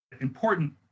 important